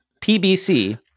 PBC